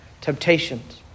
temptations